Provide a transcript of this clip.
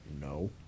No